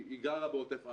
היא גרה בעוטף עזה.